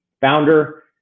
founder